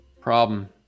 problem